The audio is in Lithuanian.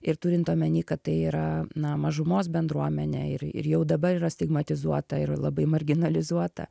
ir turint omeny kad tai yra na mažumos bendruomenė ir ir jau dabar yra stigmatizuota ir labai marginalizuota